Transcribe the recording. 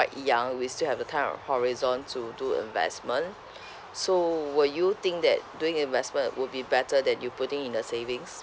quite young we still have the time horizon to do investment so will you think that doing investment would be better than you putting in the savings